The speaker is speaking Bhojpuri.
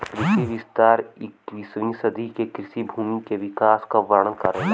कृषि विस्तार इक्कीसवीं सदी के कृषि भूमि के विकास क वर्णन करेला